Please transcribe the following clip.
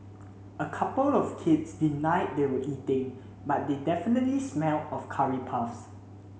a couple of kids denied they were eating but they definitely smelled of curry puffs